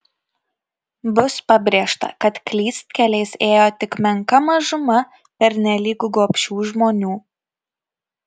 bus pabrėžta kad klystkeliais ėjo tik menka mažuma pernelyg gobšių žmonių